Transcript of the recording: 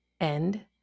end